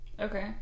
Okay